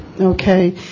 okay